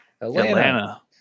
Atlanta